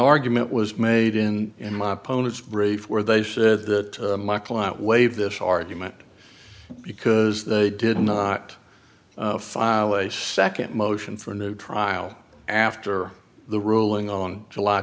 argument was made in in my opponent's brief where they said that my client waived this argument because they did not file a nd motion for a new trial after the ruling on july